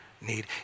need